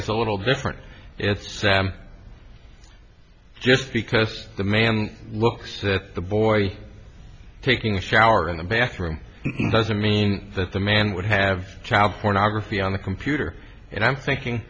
is a little different it's sam just because the man looks at the boy taking a shower in the bathroom doesn't mean that the man would have child pornography on the computer and i'm